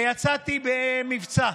יצאתי במבצע.